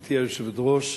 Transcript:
גברתי היושבת-ראש,